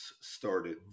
started